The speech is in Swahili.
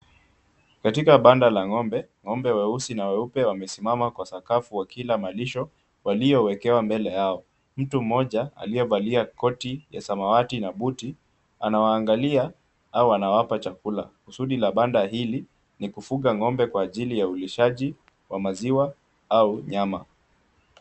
Katika banda la ng'ombe, ng'ombe weusi na weupe wamesimama kwa sakafu wakila malisho waliyowekewa mbele yao , mtu mmoja aliyevalia koti ya samawati na buti ,anawaangalia au anawapa chakula. Kusudi la banda hili ni kufuga ng'ombe kwa ajili ya ulishaji wa maziwa au nyama .